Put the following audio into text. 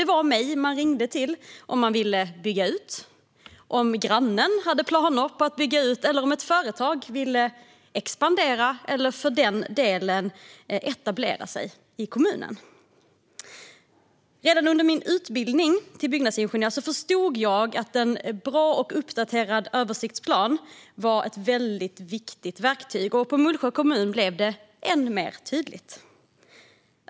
Det var mig man ringde om man ville bygga något, om grannen hade planer på att bygga ut eller om ett företag ville expandera eller för den delen etablera sig i kommunen. Redan under min utbildning till byggnadsingenjör förstod jag att en bra och uppdaterad översiktsplan var ett väldigt viktigt verktyg. På Mullsjö kommun blev det än mer tydligt.